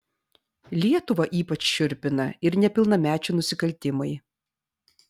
lietuvą ypač šiurpina ir nepilnamečių nusikaltimai